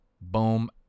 boom